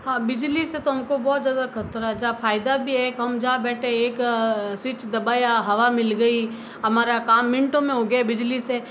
हाँ बिजली से तो हमको बहुत ज़्यादा खतरा है जहाँ फायदा भी है हम जहाँ बैठे हैं एक स्विच दबाया हवा मिल गई हमारा काम मिनटों में हो गया बिजली से